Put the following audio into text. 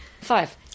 Five